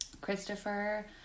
Christopher